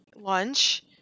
lunch